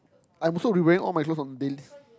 I'm also re wearing all my clothes from dalies